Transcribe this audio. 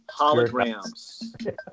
holograms